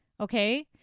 okay